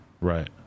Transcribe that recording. Right